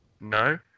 No